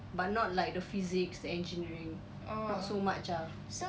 but not like the physics the engineering not so much ah